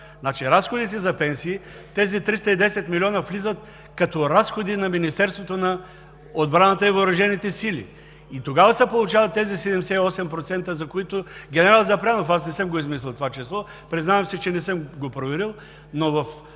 Разходите за пенсии – тези 310 милиона, влизат като разходи на Министерството на отбраната и въоръжените сили и тогава се получават тези 78%, за които – генерал Запрянов, аз не съм го измислил това число, признавам си, че не съм го проверил, но